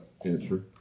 answer